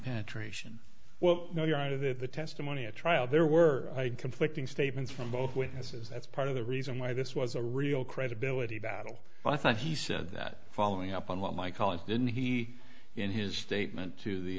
penetration well now you're out of the testimony at trial there were conflicting statements from both witnesses that's part of the reason why this was a real credibility battle but i think he said that following up on what my colleague didn't he in his statement to the